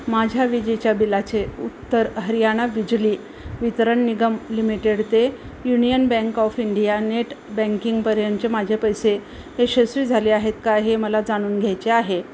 माझ्या विजेच्या बिलाचे उत्तर हरियाणा बिजली वितरण निगम लिमिटेड ते Union Bank of India net बँकिंगपर्यंतचे माझे पैसे यशस्वी झाले आहेत का हे मला जाणून घ्यायचे आहे